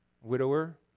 widower